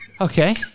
Okay